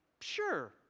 sure